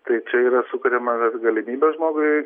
tai čia yra sukuriama galimybė žmogui